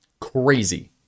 crazy